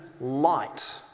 light